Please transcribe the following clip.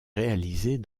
réalisées